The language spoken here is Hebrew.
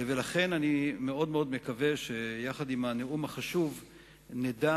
לכן אני מאוד מאוד מקווה שיחד עם הנאום החשוב נדע